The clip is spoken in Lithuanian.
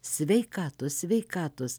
sveikatos sveikatos